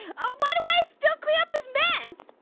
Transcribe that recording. oh, why do i still clean up his mess?